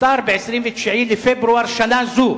נפטר ב-29 בפברואר שנה זו